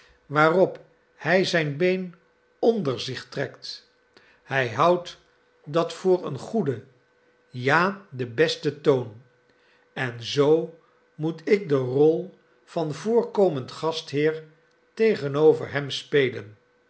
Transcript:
waarop hij zijn been onder zich trekt hij houdt dat voor een goeden ja den besten toon en zoo moet ik de rol van voorkomend gastheer tegen over hem spelen